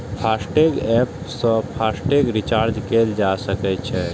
FASTag app सं FASTag recharge कैल जा सकै छै